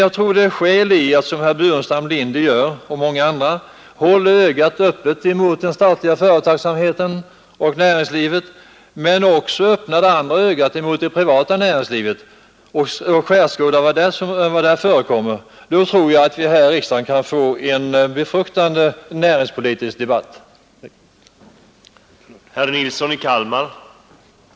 Jag tror att det är skäl i att, som herr Burenstam Linder och många andra gör, hålla ögat på den statliga företagsamheten. Men öppna också det andra ögat det som vetter mot det privata näringslivet och skärskåda vad som förekommer där. Då tror jag att vi här i riksdagen kan få en näringspolitisk debatt som är till fromma för näringsutvecklingen i vårt land.